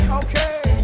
okay